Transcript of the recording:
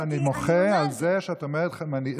אני מוחה על זה שאת אומרת "נציגים חרדים".